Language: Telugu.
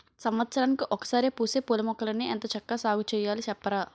సంవత్సరానికి ఒకసారే పూసే పూలమొక్కల్ని ఎంత చక్కా సాగుచెయ్యాలి సెప్పరా?